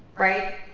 right?